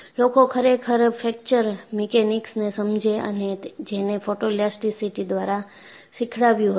લોકો ખરેખર ફ્રેક્ચર મિકેનિક્સને સમજે અને જેને ફોટોઇલાસ્ટીસીટી દ્વારા શીખડાવ્યુ હતું